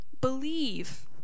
believe